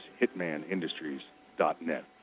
hitmanindustries.net